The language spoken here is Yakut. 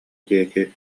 диэки